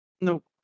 Nope